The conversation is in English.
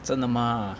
真的吗